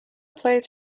plays